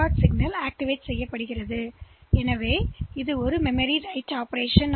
D signal இங்கே குறைவாக உள்ளது எனவே இது ஒரு மெமரி ரைட் ஆபரேஷன்